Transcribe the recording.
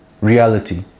reality